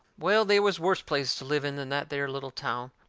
well, they was worse places to live in than that there little town,